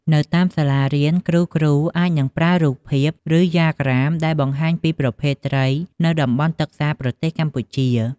នៅតាមសាលារៀន គ្រូៗអាចនឹងប្រើរូបភាព ឬដ្យាក្រាមដែលបង្ហាញពីប្រភេទត្រីនៅតំបន់ទឹកសាបប្រទេសកម្ពុជា។